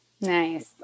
nice